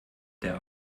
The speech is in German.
der